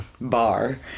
bar